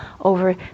over